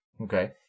Okay